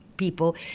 people